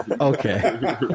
Okay